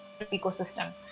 ecosystem